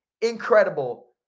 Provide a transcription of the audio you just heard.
incredible